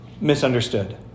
misunderstood